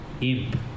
imp